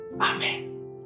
Amen